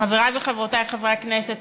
חברי וחברותי חברי הכנסת,